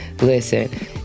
Listen